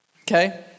Okay